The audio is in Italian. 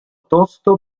tosto